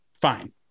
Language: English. Fine